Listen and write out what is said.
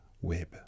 web